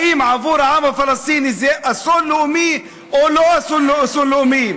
האם עבור העם הפלסטיני זה אסון לאומי או לא אסון לאומי?